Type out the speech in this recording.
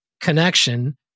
connection